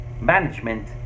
management